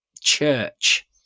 church